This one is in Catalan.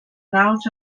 naus